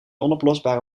onoplosbare